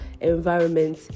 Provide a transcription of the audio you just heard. environment